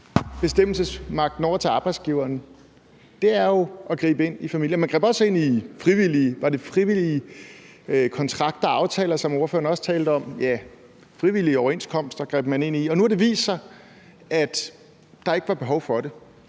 bestemmelsesmagten over til arbejdsgiveren, og det er jo at gribe ind i familierne. Man greb også ind i frivillige kontrakter og aftaler, som ordføreren også talte om. Ja, frivillige overenskomster greb ind i. Og nu har det vist sig, at der ikke var behov for det.